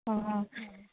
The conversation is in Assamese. অঁ অঁ